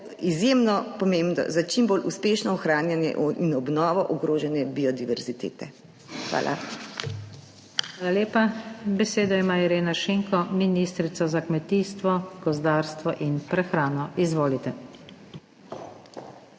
izjemno pomembno za čim bolj uspešno ohranjanje in obnovo ogrožene biodiverzitete. Hvala. PODPREDSEDNICA NATAŠA SUKIČ: Hvala lepa. Besedo ima Irena Šinko, ministrica za kmetijstvo, gozdarstvo in prehrano. Izvolite.